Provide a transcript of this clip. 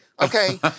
Okay